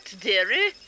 dearie